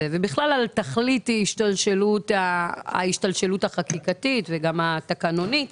ובכלל על תכלית ההשתלשלות החקיקתית וגם התקנונית